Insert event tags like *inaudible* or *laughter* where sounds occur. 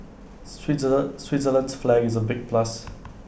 *unintelligible* Switzerland's flag is A big plus